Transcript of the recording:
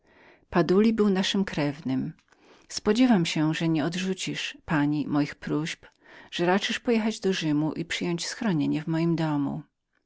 baduli był naszym krewnym spodziewam się że nie odrzucisz pani moich próśb że raczysz przyjechać do rzymu i przyjąć schronienie w moim domu